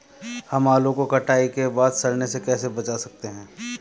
हम आलू को कटाई के बाद सड़ने से कैसे बचा सकते हैं?